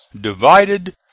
divided